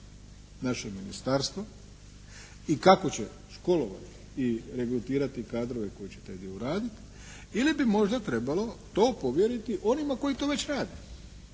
naše ministarstvo i kako će školovati i regrutirati kadrove koji će taj dio raditi ili bi možda trebalo to povjeriti onima koji to već rade.